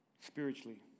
spiritually